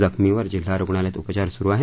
जखमींवर जिल्हा रुग्णालयात उपचार सुरु आहेत